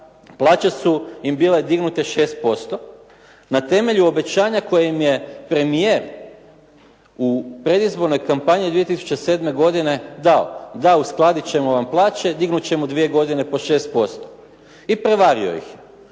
plaće su im bile dignute 6%. Na temelju obećanje koje im je premijer u predizbornoj kampanji 2007. godine dao. Da, uskladiti ćemo vam plaće, dignuti ćemo dvije godine po 6%. I prevario ih.